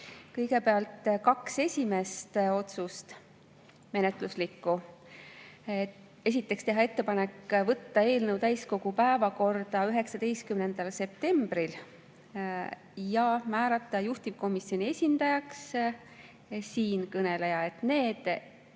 Kõigepealt kaks esimest menetluslikku otsust: teha ettepanek võtta eelnõu täiskogu päevakorda 19. septembril ja määrata juhtivkomisjoni esindajaks siinkõneleja. Need